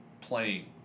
playing